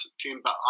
September